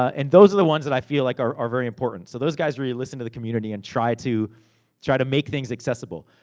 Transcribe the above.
and those the ones that i feel like are are very important. so, those guys really listen to the community, and try to try to make things accessible.